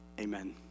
Amen